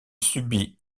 subit